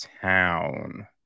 town